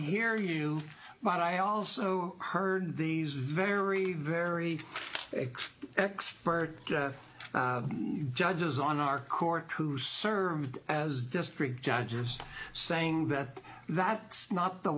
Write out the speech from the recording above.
hear you but i also heard these very very explicit expert judges on our court who served as district judges saying that that's not the